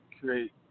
create